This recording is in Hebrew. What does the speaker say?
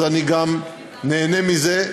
אז אני גם נהנה מזה.